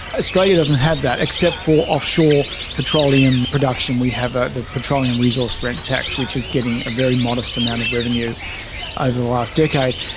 australia doesn't have that, except for offshore petroleum production we have ah the petroleum resource rent tax which is getting a very modest amount of revenue over the last decade.